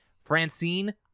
francine